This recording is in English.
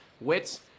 Wits